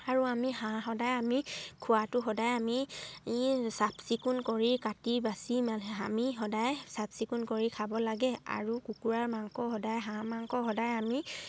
আৰু আমি হাঁহ সদায় আমি খোৱাটো সদায় আমি চাফ চিকুণ কৰি কাটি বাচি সামি সদায় চাফ চিকুণ কৰি খাব লাগে আৰু কুকুৰাৰ মাংস সদায় হাঁহ মাংস সদায় আমি